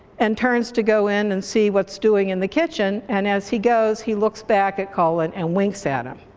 and turns to go in and see what's doing in the kitchen, and as he goes he looks back at colin and winks at him.